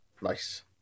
Nice